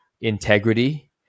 integrity